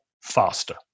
faster